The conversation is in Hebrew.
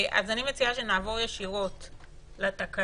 אז אני מציעה שנעבור ישירות לתקנות.